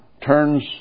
turns